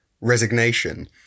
resignation